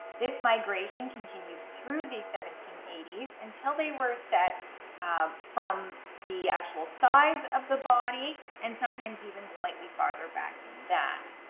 this migration continued through the seventeen seventeen eighty s until they were set um from the actual sides of the body and sometimes even slightly farther back than that.